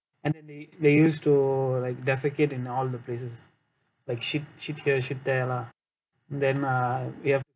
and then they they use to like defecate in all the places like shit shit here shit there lah then uh we have